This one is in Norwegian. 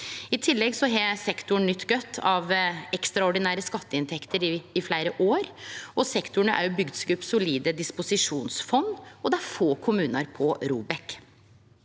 I tillegg har sektoren nytt godt av ekstraordinære skatteinntekter i fleire år. Sektoren har òg bygd seg opp solide disposisjonsfond, og det er få kommunar på ROBEK.